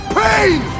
pain